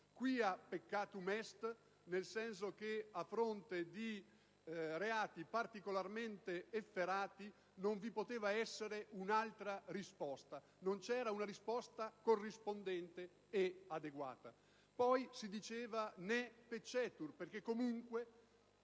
«*quia peccatum est*», nel senso che, di fronte a reati particolarmente efferati, non vi poteva essere un'altra risposta, non c'era una risposta corrispondente e adeguata, e «*ne peccetur*», perché, comunque,